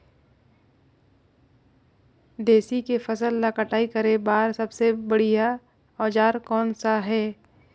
तेसी के फसल ला कटाई करे बार सबले बढ़िया औजार कोन सा हे?